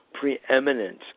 preeminent